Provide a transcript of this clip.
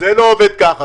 זה לא עובד ככה.